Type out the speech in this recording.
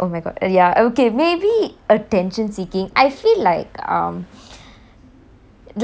oh my god ya okay maybe attention seeking I feel like um